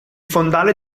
fondale